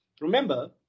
remember